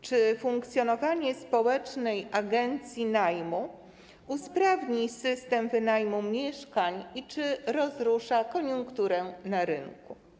Czy funkcjonowanie społecznej agencji najmu usprawni system wynajmu mieszkań i czy rozrusza koniunkturę na rynku?